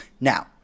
Now